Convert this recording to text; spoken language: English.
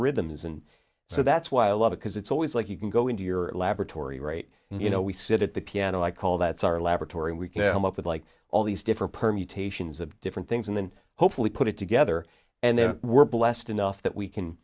rhythms and so that's why a lot of because it's always like you can go into your laboratory rate you know we sit at the piano i call that's our laboratory we can come up with like all these different permutations of different things and then hopefully put it together and then we're blessed enough that we can